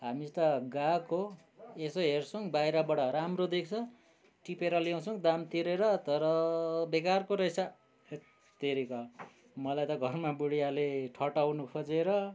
हामी त गएको यसो हेर्छौँ बाहिरबाट राम्रो देख्छ टिपेर ल्याउछौँ दाम तिरेर तर बेकारको रहेछ हत्तेरिका मलाई त घरमा बुढियाले ठट्टाउनु खोजेर